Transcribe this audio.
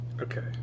Okay